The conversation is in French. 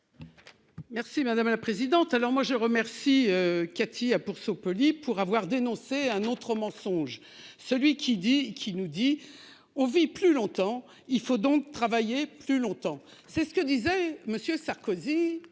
Merci madame la présidente. Alors moi je remercie Katia pour se polie pour avoir dénoncé un autre mensonge, celui qui dit qui nous dit, on vit plus longtemps. Il faut donc travailler plus longtemps. C'est ce que disait monsieur Sarkozy